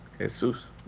Jesus